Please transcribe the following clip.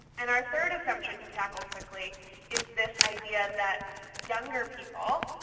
and our third assumption to tackle quickly is this idea that younger people,